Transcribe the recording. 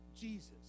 Jesus